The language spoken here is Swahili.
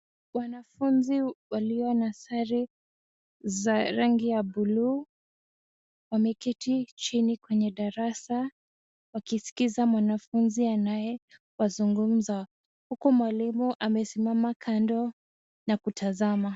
Wanafunzi walio na sare za rangi ya buluu wameketi chini kwenye darasa wakiskiza mwanafunzi anayewazugumza, huku mwalimu amesimama kando na kutazama.